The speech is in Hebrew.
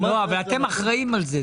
לא, אבל אתם אחראים על זה.